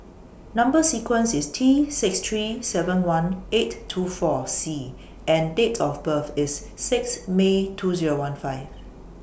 Number sequence IS T six three seven one eight two four C and Date of birth IS six May two Zero one five